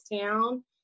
town